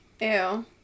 Ew